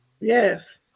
Yes